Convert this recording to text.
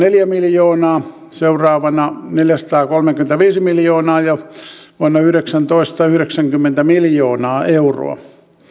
miljoonaa seuraavana neljäsataakolmekymmentäviisi miljoonaa ja vuonna yhdeksäntoista sitten yhdeksänkymmentä miljoonaa euroa